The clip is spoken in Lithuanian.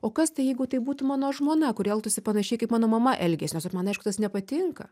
o kas tai jeigu taip būtų mano žmona kuri elgtųsi panašiai kaip mano mama elgėsi nors ir man taip aišku tas nepatinka